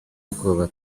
ubwoba